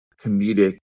comedic